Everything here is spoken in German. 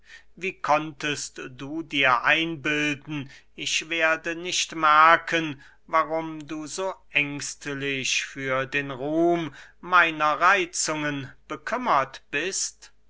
wie konntest du dir einbilden ich werde nicht merken warum du so ängstlich für den ruhm meiner reitzungen bekümmert bist